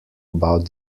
about